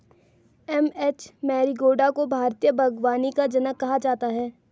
M H Marigowda को भारतीय बागवानी का जनक कहा जाता है